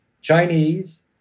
Chinese